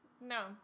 No